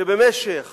שבמשך